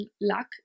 luck